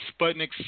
Sputnik's